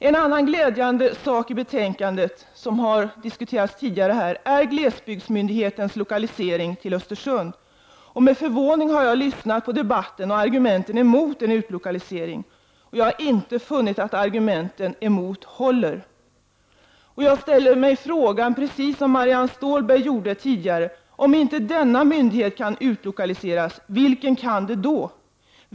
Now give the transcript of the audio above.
En annan glädjande sak i betänkandet som tidigare har diskuteras här är glesbygdsmyndighetens lokalisering till Östersund. Med förvåning har jag lyssnat på debatten och argumenten mot en utlokalisering. Jag har inte funnit att argumenten emot håller. Jag ställer mig frågan, precis som Marianne Stålberg gjorde tidigare: Om inte denna myndighet kan utlokaliseras, vilken myndighet kan då utlokaliseras?